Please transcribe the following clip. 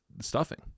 stuffing